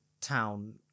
town